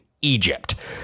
Egypt